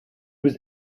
was